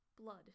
Blood